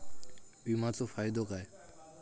विमाचो फायदो काय?